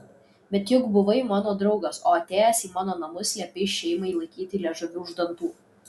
bet juk buvai mano draugas o atėjęs į mano namus liepei šeimai laikyti liežuvį už dantų